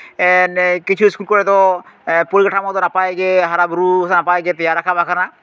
ᱠᱤᱪᱷᱩ ᱤᱥᱠᱩᱞ ᱠᱚᱨᱮ ᱫᱚ ᱯᱚᱨᱤᱠᱟᱴᱷᱟᱢᱳ ᱱᱟᱯᱟᱭ ᱜᱮ ᱦᱟᱨᱟᱼᱵᱩᱨᱩ ᱱᱟᱯᱟᱭᱜᱮ ᱛᱮᱭᱟᱨ ᱨᱟᱠᱟᱵ ᱟᱠᱟᱱᱟ